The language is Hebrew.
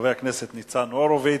חבר הכנסת ניצן הורוביץ,